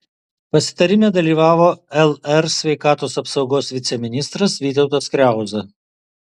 pasitarime dalyvavo lr sveikatos apsaugos viceministras vytautas kriauza